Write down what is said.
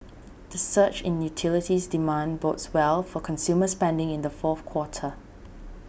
the surge in utilities demand bodes well for consumer spending in the fourth quarter